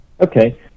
Okay